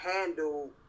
handle